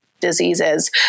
Diseases